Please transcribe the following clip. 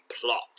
plot